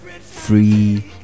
free